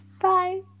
Bye